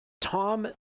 Tom